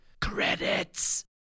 Credits